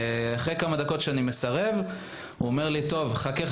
אחרי כמה דקות שאני מסרב הוא אומר לי: חכה,